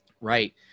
Right